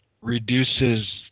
reduces